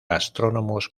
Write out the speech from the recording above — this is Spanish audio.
astrónomos